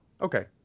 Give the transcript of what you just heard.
Okay